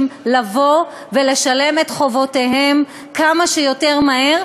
לבוא ולשלם את חובותיהם כמה שיותר מהר,